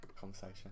conversation